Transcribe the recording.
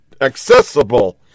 accessible